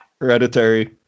Hereditary